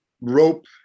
rope